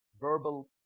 Verbal